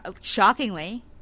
shockingly